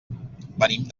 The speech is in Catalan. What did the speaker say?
venim